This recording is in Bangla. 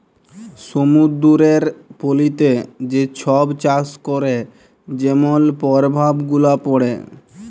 সমুদ্দুরের পলিতে যে ছব চাষ ক্যরে যেমল পরভাব গুলা পড়ে